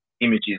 images